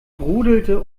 brodelte